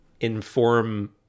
inform